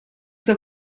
que